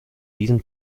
diesem